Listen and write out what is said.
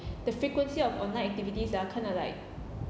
the frequency of online activities are kind of like